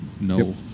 No